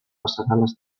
passarel·les